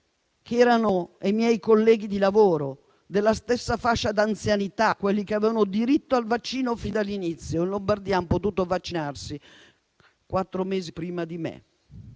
coetanei, i miei colleghi di lavoro, della stessa fascia d'anzianità, quelli che avevano diritto al vaccino fin dall'inizio, in Lombardia hanno potuto vaccinarsi quattro mesi prima di me;